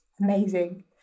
Amazing